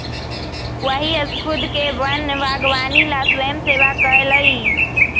वही स्खुद के वन बागवानी ला स्वयंसेवा कई लय